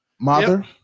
Mother